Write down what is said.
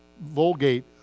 vulgate